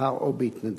בשכר או בהתנדבות.